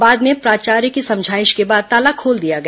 बाद में प्राचार्य की समझाइश के बाद ताला खोल दिया गया